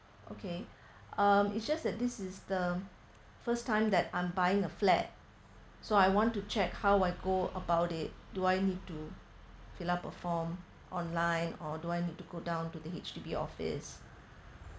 okay um is just that this is the first time that I'm buying a flat so I want to check how I go about it do I need to fill up a form online or do I need to go down to the H_D_B office